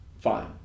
Fine